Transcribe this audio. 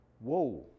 whoa